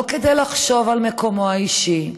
לא כדי לחשוב על מקומו האישי,